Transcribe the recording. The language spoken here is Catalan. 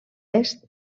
est